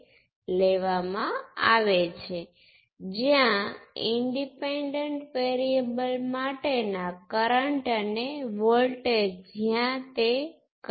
તમે કહી શકો કે A અને B વચ્ચે તમારી પાસે આ ઇક્વિવેલન્ટ રેઝિસ્ટન્સ છે તમે તેના બદલે આ ચિત્ર બતાવી શકો છો